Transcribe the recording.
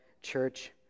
church